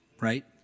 right